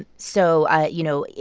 so ah you know,